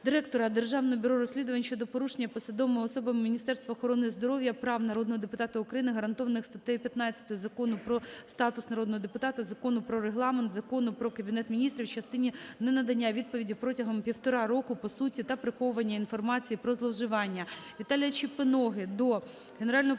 директора Державного бюро розслідувань щодо порушення посадовими особами Міністерства охорони здоров'я прав народного депутата України, гарантованих статтею 15 Закону "Про статус народного депутата", Закону про Регламент, Закону про Кабінет Міністрів в частині ненадання відповіді протягом півтора року по суті та приховування інформації про зловживання.